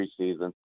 preseason